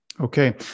Okay